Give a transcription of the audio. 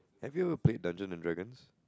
have you ever played Dungeons-and-Dragons